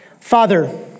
Father